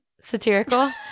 satirical